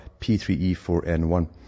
P3E4N1